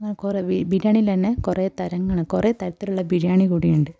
അങ്ങനെ കുറെ കുറെ തരങ്ങൾ കുറെ തരത്തിലുള്ള ബിരിയാണി കൂടിയുണ്ട്